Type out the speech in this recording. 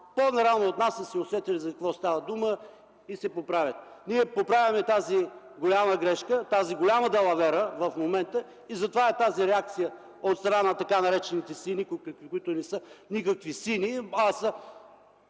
По-рано от нас са се усетили за какво става дума и се поправят. Ние поправяме тази голяма грешка, тази голяма далавера в момента – затова е тази реакция от страна на така наречените сини, които не са никакви сини, а са